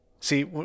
See